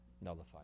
nullified